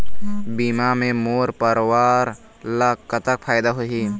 बीमा के मोर परवार ला का फायदा होही?